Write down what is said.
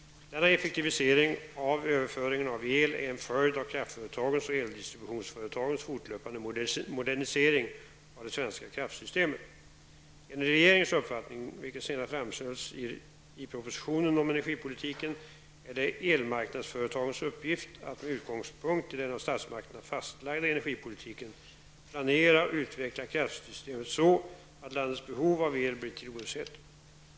Denna effektivisering av överföringen av el är en följd av kraftföretagens och eldistributionsföretagens fortlöpande modernisering av det svenska kraftsystemet. Enligt regeringens uppfattning -- vilken senast framhölls i propositionen om energipolitiken -- är det elmarknadsföretagens uppgift att med utgångspunkt i den av statsmakterna fastlagda energipolitiken planera och utveckla kraftsystemet så, att landets behov av el blir tillgodosett.